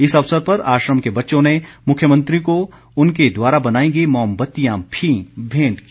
इस अवसर पर आश्रम के बच्चों ने मुख्यमंत्री को उनके द्वारा बनाई गई मोमबत्तियां भी भेंट की